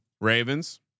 Ravens